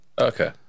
okay